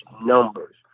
numbers